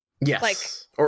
Yes